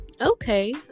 Okay